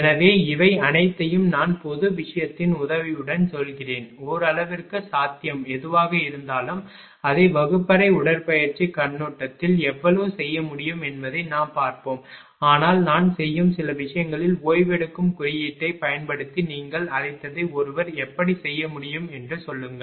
எனவே இவை அனைத்தையும் நான் பொது விஷயத்தின் உதவியுடன் சொல்கிறேன் ஓரளவிற்கு சாத்தியம் எதுவாக இருந்தாலும் அதை வகுப்பறை உடற்பயிற்சி கண்ணோட்டத்தில் எவ்வளவு செய்ய முடியும் என்பதை நாம் பார்ப்போம் ஆனால் நான் செய்யும் சில விஷயங்களில் ஓய்வெடுக்கவும் குறியீட்டைப் பயன்படுத்தி நீங்கள் அழைத்ததை ஒருவர் எப்படிச் செய்ய முடியும் என்று சொல்லுங்கள்